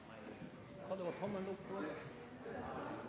hadde vært